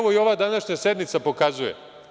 To i ova današnje sednica pokazuje.